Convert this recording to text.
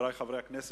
חברי חברי הכנסת,